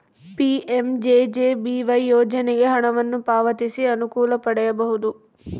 PMJJBY ಯೋಜನೆಗೆ ಹಣವನ್ನು ಪಾವತಿಸಿ ಅನುಕೂಲ ಪಡೆಯಬಹುದು